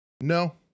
no